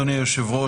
אדוני היושב-ראש,